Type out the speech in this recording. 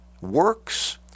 Works